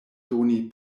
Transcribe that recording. doni